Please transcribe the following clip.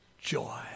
joy